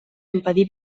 impedir